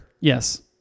Yes